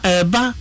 eba